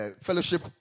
Fellowship